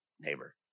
neighbor